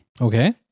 Okay